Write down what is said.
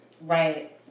Right